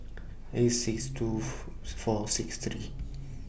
eight six two four six three